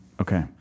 Okay